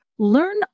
learn